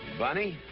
bunny?